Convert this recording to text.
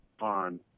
on